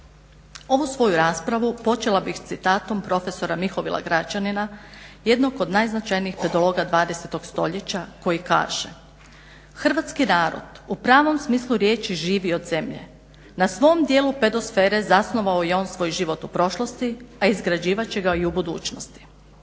Ovu svoju raspravu počela bih citatom profesora Mihovila Gračanina, jednog od najznačajnijih pedologa 20. Stoljeća koji kaže: "Hrvatski narod u pravom smislu riječi živi od zemlje. Na svom djelu pedosfere zasnovao je on svoj život u prošlosti, a izgrađivat će ga i u budućnosti.